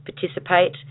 participate